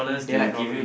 daylight robbery